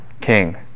king